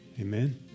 Amen